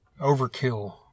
Overkill